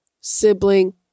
sibling